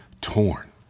torn